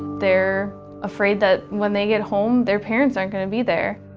they're afraid that when they get home, their parents aren't going to be there.